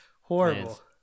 Horrible